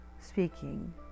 speaking